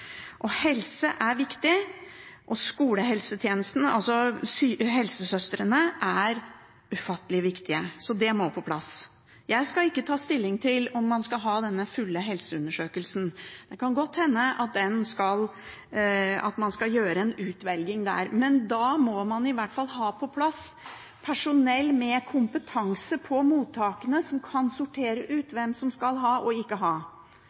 Helse er viktig, og skolehelsetjenesten, altså helsesøstrene, er ufattelig viktige. Så det må på plass. Jeg skal ikke ta stilling til om man skal ha denne fulle helseundersøkelsen. Det kan godt hende at man skal gjøre en utvelging der. Men da må man i hvert fall ha på plass personell med kompetanse på mottakene som kan sortere ut hvem som skal ha og ikke ha.